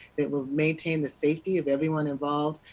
that will maintain the safety of everyone involved,